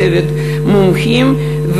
צוות מומחים,